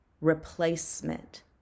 replacement